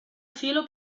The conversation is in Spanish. cielo